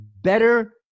better